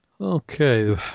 Okay